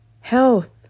health